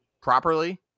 properly